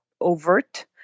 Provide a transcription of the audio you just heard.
overt